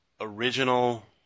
original